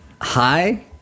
hi